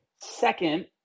second